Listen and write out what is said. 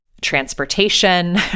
transportation